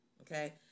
okay